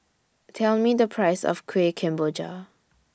Tell Me The Price of Kueh Kemboja